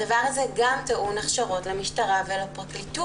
הדבר הזה גם טעון הכשרות למשטרה ולפרקליטות,